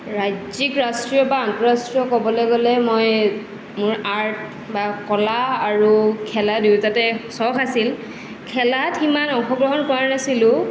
ৰাজ্যিক ৰাষ্ট্ৰীয় বা আন্তঃৰাষ্ট্ৰীয় ক'বলৈ গ'লে মই মোৰ আৰ্ট বা কলা আৰু খেলা দুয়োটাতে চখ আছিল খেলাত সিমান অংশগ্ৰহণ কৰা নাছিলোঁ